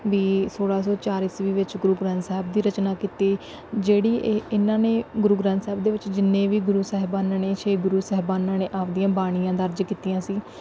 ਵੀ ਸੋਲ੍ਹਾਂ ਸੌ ਚਾਰ ਈਸਵੀ ਵਿੱਚ ਗੁਰੂ ਗ੍ਰੰਥ ਸਾਹਿਬ ਦੀ ਰਚਨਾ ਕੀਤੀ ਜਿਹੜੀ ਇਹਨਾਂ ਨੇ ਗੁਰੂ ਗ੍ਰੰਥ ਸਾਹਿਬ ਦੇ ਵਿੱਚ ਜਿੰਨੇ ਵੀ ਗੁਰੂ ਸਾਹਿਬਾਨਾਂ ਨੇ ਛੇ ਗੁਰੂ ਸਾਹਿਬਾਨਾਂ ਨੇ ਆਪਦੀਆਂ ਬਾਣੀਆਂ ਦਰਜ ਕੀਤੀਆਂ ਸੀ